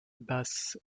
bas